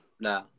No